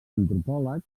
antropòlegs